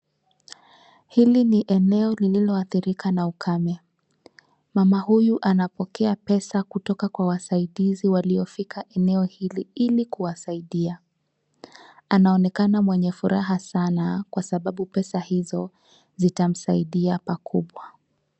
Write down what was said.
Hili ni eneo lililoathirika na ukame. Mama huyu anapokea pesa kutoka kwa wasaidizi waliofika eneo hili ili kuwasaidia. Anaonekana mwenye furaha sana kwa sababu pesa hizo zitamsaidia pakubwa.